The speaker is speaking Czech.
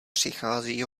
přichází